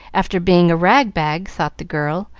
after being a rag-bag, thought the girl,